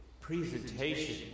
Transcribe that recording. presentation